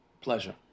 pleasure